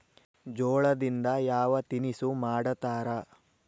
ಜೋಳದಿಂದ ಯಾವ ತಿನಸು ಮಾಡತಾರ?